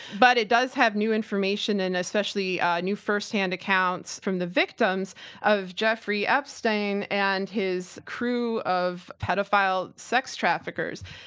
but it does have new information, and especially new firsthand accounts from the victims of jeffrey epstein and his crew of pedophile sex traffickers.